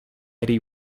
eddie